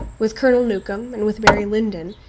with colonel newcombe, and with barry lyndon,